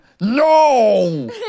No